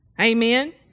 Amen